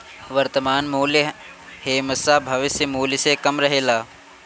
वर्तमान मूल्य हेमशा भविष्य मूल्य से कम रहेला